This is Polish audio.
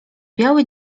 biały